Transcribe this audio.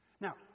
Now